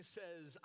says